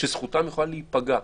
שזכותם יכולה להיפגע,